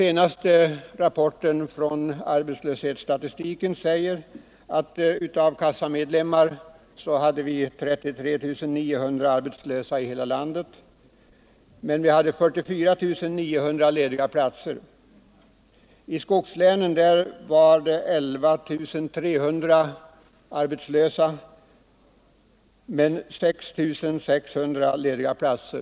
Enligt den senaste arbetslöshetsstatistiken var antalet arbetslösa kassamedlemmar 33 900 i hela landet, medan det fanns 44 900 lediga platser. I skogslänen fanns det 11 300 arbetslösa men bara 6 600 lediga platser.